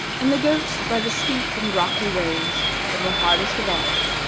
and the goats by the steep and rocky ways that were hardest of all.